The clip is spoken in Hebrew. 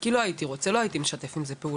די ברור לי שלא הייתי משתף עם זה פעולה,